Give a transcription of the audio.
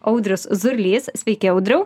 audrius zurlys sveiki audriau